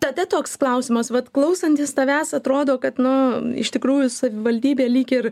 tada toks klausimas vat klausantis tavęs atrodo kad nu iš tikrųjų savivaldybė lyg ir